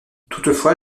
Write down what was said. toutefois